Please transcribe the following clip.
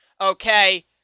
okay